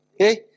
okay